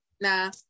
nah